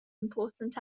important